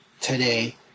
today